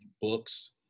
books